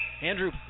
Andrew